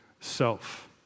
self